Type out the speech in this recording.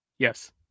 Yes